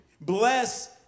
Bless